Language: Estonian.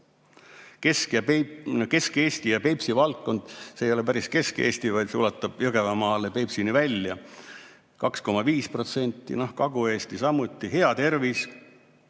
Kesk-Eesti ja Peipsi vald – see ei ole päris Kesk-Eesti, vaid see ulatub Jõgevamaale Peipsini välja – 2,5%, Kagu-Eesti samuti. Hea tervis: